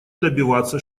добиваться